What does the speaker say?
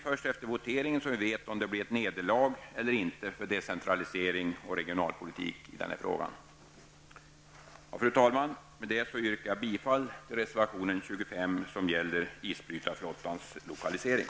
Först efter voteringen vet vi om det blir nederlag eller ej för decentralisering och regionalpolitik. Fru talman! Jag yrkar bifall till reservation 25 som gäller isbrytarflottans lokalisering.